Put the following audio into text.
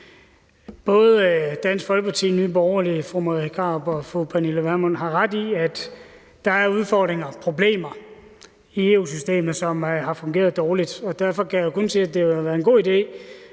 Både Dansk Folkeparti og Nye Borgerlige, fru Marie Krarup og fru Pernille Vermund, har ret i, at der er udfordringer og problemer i EU-systemet, som har fungeret dårligt, og derfor kan jeg jo kun sige, at det ville være en god idé,